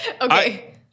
Okay